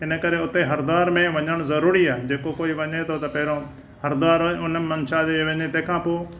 हिन करे हुते हरिद्वार में वञणु ज़रूरी आहे जेको कोई वञे थो त पहिरियों हरिद्वार वञ हुन मंसा देवी ते वञे तंहिंखा पोइ